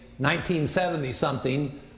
1970-something